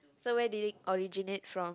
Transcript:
so where did it originate from